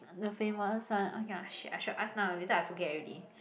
the famous one okay ah shit I should ask now later I forget already